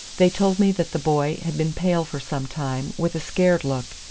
they told me that the boy had been pale for some time, with a scared look.